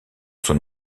son